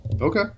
Okay